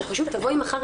תבואי מחר,